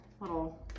little